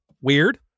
Weird